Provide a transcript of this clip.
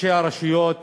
ראשי הרשויות